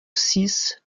six